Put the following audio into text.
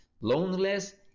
loneliness